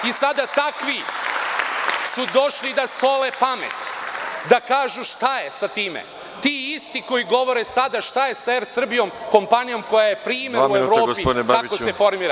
I sada su takvi došli da sole pamet, da kažu šta je sa time, ti isti koji govore sada šta je sa „Er Srbijom“, kompanijom koja je primer u Evropi kako se formira…